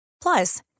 Plus